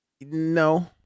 No